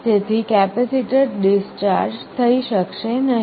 તેથી capacitor discharge થઈ શકશે નહીં